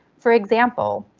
for example,